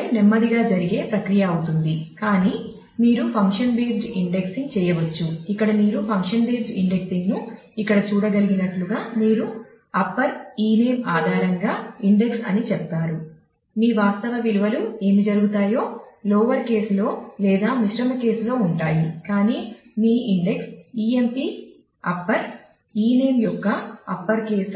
ఇది నెమ్మదిగా జరిగే ప్రక్రియ అవుతుంది కాని మీరు ఫంక్షన్ బేస్డ్ ఇండెక్సింగ్